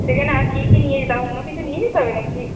সেখানে আর কী কী নিয়ে যেতে হবে তা অন্য কিছু নিয়ে যেতে হবে না কি